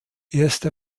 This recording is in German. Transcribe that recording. erster